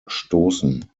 stoßen